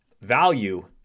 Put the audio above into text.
value